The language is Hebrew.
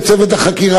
לתגבר את צוות החקירה,